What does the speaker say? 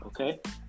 okay